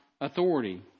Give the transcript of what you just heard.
authority